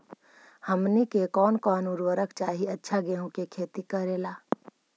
हमनी के कौन कौन उर्वरक चाही अच्छा गेंहू के खेती करेला?